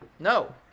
No